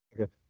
Okay